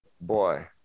Boy